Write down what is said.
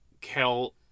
Kel